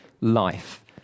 life